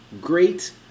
great